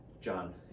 John